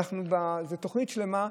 זו תוכנית שלמה,